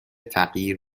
تغییر